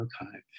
archive